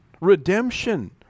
redemption